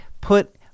put